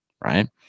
right